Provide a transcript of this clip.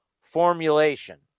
formulation